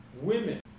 Women